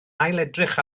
ailedrych